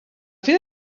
fira